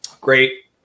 great